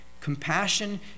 Compassion